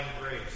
grace